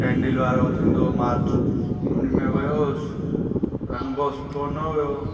candle वारो उहो थींदो हुओ मार्च उन में वियो हुउसि पर अनुभव सुठो न हुओ